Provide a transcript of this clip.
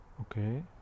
Okay